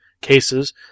cases